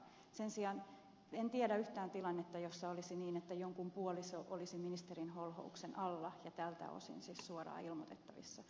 sen sijaan en tiedä yhtään tilannetta jossa olisi niin että jonkun puoliso olisi ministerin holhouksen alla ja tältä osin siis suoraan ilmoitettavissa